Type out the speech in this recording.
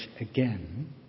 again